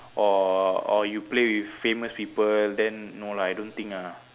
or or you play with famous people then no lah I don't think lah